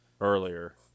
earlier